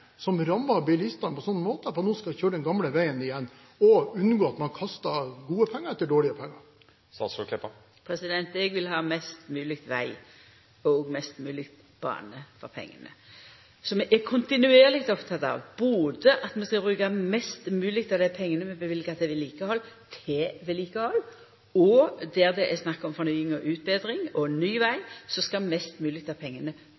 som rammer bilistene på en slik måte at man nå skal kjøre den gamle veien igjen, og unngå at man kaster gode penger etter dårlige penger? Eg vil ha mest mogleg veg og mest mogleg bane for pengane. Så vi er kontinuerleg opptekne av at vi skal bruka mest mogleg av dei pengane vi løyver til vedlikehald, til vedlikehald, og der det er snakk om fornying, utbetring og ny